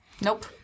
Nope